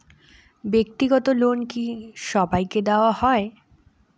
ব্যাক্তিগত লোন কি সবাইকে দেওয়া হয়?